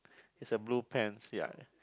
is a blue pants ya ya